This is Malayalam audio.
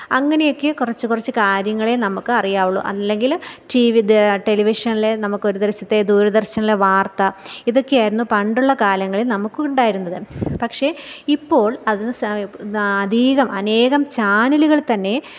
അങ്ങനെയൊക്കെ കുറച്ചു കുറച്ചു കാര്യങ്ങളെ നമുക്ക് അറിയാവുള്ളൂ അല്ലെങ്കിൽ ടീ വിത് ടെലിവിഷൻ നമുക്ക് ഒരു ദിവസത്തെ ദൂരദർശനിലെ വാർത്ത ഇതൊക്കെയായിരുന്നു പണ്ടുള്ള കാലങ്ങളിൽ നമുക്ക് ഉണ്ടായിരുന്നത് പക്ഷേ ഇപ്പോൾ അത് അധികം അനേകം ചാനലുകൾ തന്നെ